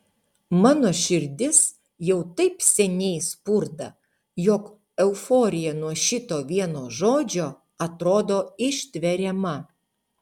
mano širdis jau taip seniai spurda jog euforija nuo šito vieno žodžio atrodo ištveriama